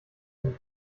zum